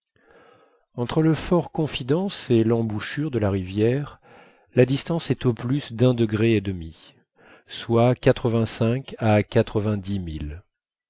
entre le fort confidence et l'embouchure de la rivière la distance est au plus d'un degré et demi soit quatre-vingt-cinq à